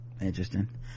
interesting